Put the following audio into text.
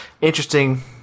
interesting